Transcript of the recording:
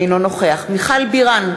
אינו נוכח מיכל בירן,